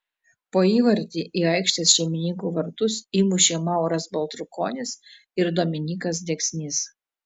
po įvartį į aikštės šeimininkų vartus įmušė mauras baltrukonis ir dominykas deksnys